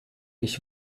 ich